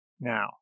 now